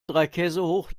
dreikäsehoch